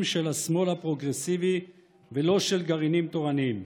של השמאל הפרוגרסיבי ולא של גרעינים תורניים.